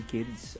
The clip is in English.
Kids